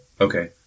Okay